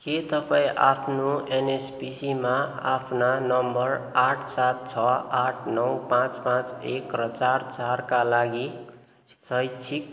के तपाईँ आफ्नो एनएसपिसीमा आफ्ना नम्बर आठ सात छ आठ नौ पाँच पाँच एक र चार चारका लागि शैक्षिक